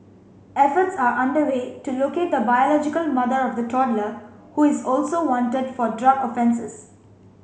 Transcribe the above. efforts are underway to locate the biological mother of the toddler who is also wanted for drug offences